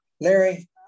Larry